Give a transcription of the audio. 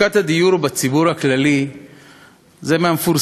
מצוקת הדיור בציבור הכללי היא מהמפורסמות.